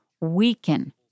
weaken